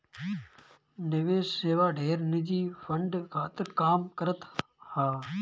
निवेश सेवा ढेर निजी फंड खातिर काम करत हअ